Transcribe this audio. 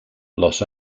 los